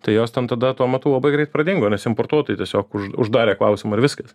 tai jos ten tada tuo metu labai greit pradingo nes importuotojai tiesiog už uždarė klausimą ir viskas